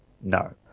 No